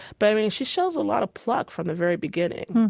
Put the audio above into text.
but, i mean, she shows a lot of pluck from the very beginning,